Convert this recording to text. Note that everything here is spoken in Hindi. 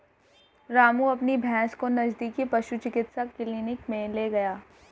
रामू अपनी भैंस को नजदीकी पशु चिकित्सा क्लिनिक मे ले गया